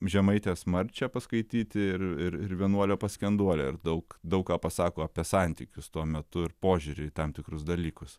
žemaitės marčią paskaityti ir ir vienuolio paskenduolę ir daug daug ką pasako apie santykius tuo metu ir požiūrį į tam tikrus dalykus